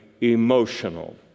emotional